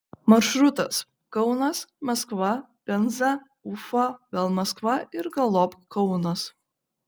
maršrutas kaunas maskva penza ufa vėl maskva ir galop kaunas